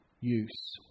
use